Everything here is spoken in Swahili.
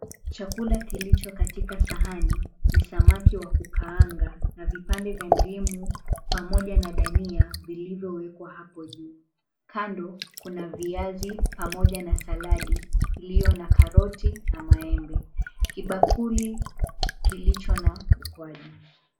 Chakula kilicho katika sahani ni samaki wa kukaanga na vipande vya ndimu pamoja na dania vilivyowekwa hapo juu. Kando kuna viazi pamoja na saladi ilio na karoti na maembe, kibakuli kilicho na ukwaju.